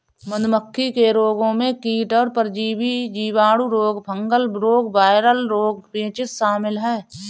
मधुमक्खी के रोगों में कीट और परजीवी, जीवाणु रोग, फंगल रोग, वायरल रोग, पेचिश शामिल है